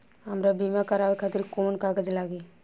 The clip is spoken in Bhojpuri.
हमरा बीमा करावे खातिर कोवन कागज लागी?